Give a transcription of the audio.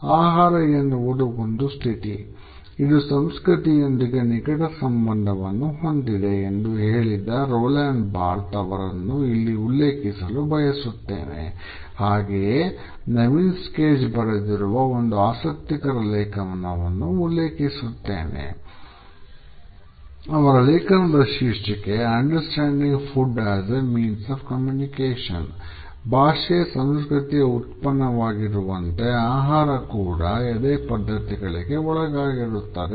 ಆಹಾರ ಎನ್ನುವುದು ಒಂದು ಸ್ಥಿತಿ ಇದು ಸಂಸ್ಕೃತಿಯೊಂದಿಗೆ ನಿಕಟ ಸಂಬಂಧವನ್ನು ಹೊಂದಿದೆ ಎಂದು ಹೇಳಿದ ರೋಲ್ಯಾಂಡ್ ಬಾರ್ಥ ಅವರನ್ನು ಈ ಲೇಖನದಲ್ಲಿ ಉಲ್ಲೇಖಿಸುತ್ತಾರೆ